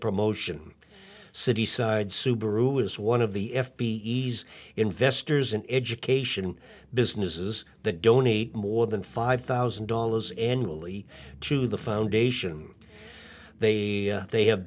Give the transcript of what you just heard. promotion city side subaru is one of the f b i e s investors in education businesses that donate more than five thousand dollars annually to the foundation they they have